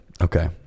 Okay